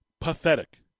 pathetic